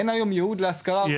אין היום ייעוד להשכרה ארוכת טווח.